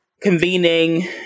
convening